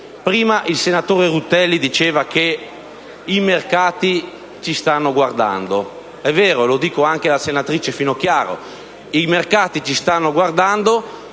Prima il senatore Rutelli diceva che i mercati ci stanno guardando. È vero, lo dico anche alla senatrice Finocchiaro: i mercati ci stanno guardando